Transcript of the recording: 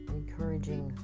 encouraging